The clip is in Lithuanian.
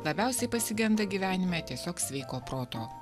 labiausiai pasigenda gyvenime tiesiog sveiko proto